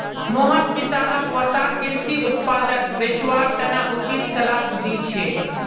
मोहन किसानोंक वसार कृषि उत्पादक बेचवार तने उचित सलाह दी छे